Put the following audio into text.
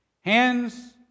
hands